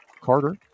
Carter